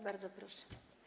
Bardzo proszę.